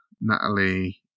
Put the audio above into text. Natalie